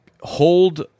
hold